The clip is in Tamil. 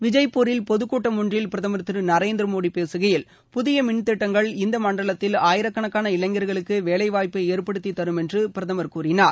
விஜய்ப்பூரில் பொதுக் கூட்டம் ஒன்றில் பிரதமர் திரு நரேந்திர மோடி பேககையில் புதிய மின்திட்டங்கள் இந்த மண்டலத்தில் ஆயிரக்கணக்கான இளைஞர்களுக்கு வேலைவாய்ப்பு ஏற்படுத்தி தரும் என்று பிரதமர் கூறினார்